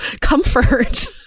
comfort